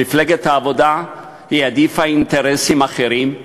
מפלגת העבודה העדיפה אינטרסים אחרים,